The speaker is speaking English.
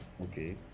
okay